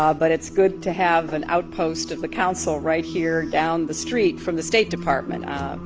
um but it's good to have an outpost of the council. right here down the street from the state department.